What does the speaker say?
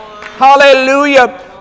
Hallelujah